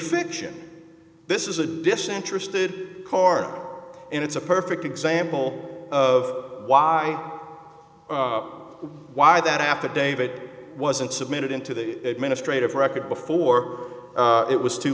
fiction this is a disinterested car and it's a perfect example of why why that affidavit wasn't submitted into the administrators record before it was too